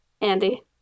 Andy